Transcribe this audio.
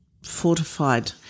fortified